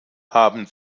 haben